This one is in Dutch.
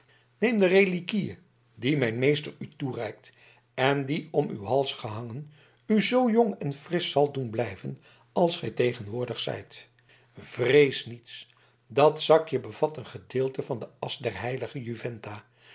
neem de reliquie die mijn meester u toereikt en die om uw hals gehangen u zoo jong en frisch zal doen blijven als gij tegenwoordig zijt vrees niets dat zakje bevat een gedeelte van de asch der heilige juventa